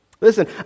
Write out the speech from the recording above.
Listen